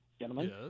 gentlemen